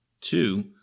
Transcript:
Two